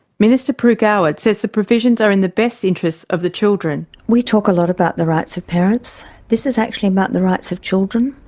minister pru goward says the provisions are in the best interests of the children. we talk a lot about the rights of parents this is actually about the rights of children.